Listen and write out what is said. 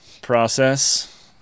process